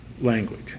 language